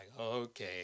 okay